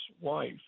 wife